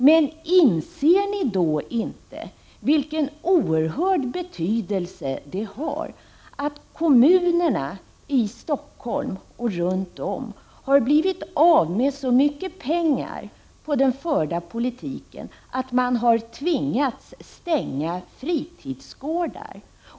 Men inser ni då inte vilken oerhörd betydelse det har att kommunerna i Stockholmsområdet och runt om har blivit av med så mycket pengar på den förda politiken att de har tvingats stänga fritidsgårdar?